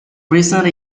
recent